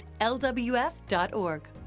lwf.org